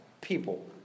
people